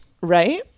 Right